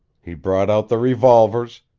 he brought out the revolvers,